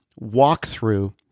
walkthrough